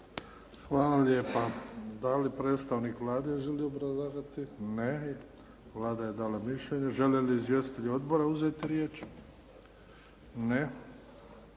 Hvala lijepa. Da li predstavnik Vlade želi obrazlagati? Ne. Vlada je dala mišljenje. Žele li izvjestitelji odbora uzeti riječ? Ne.